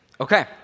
Okay